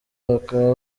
bakaba